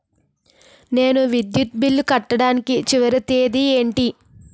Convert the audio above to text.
నేను విద్యుత్ బిల్లు కట్టడానికి చివరి తేదీ ఏంటి?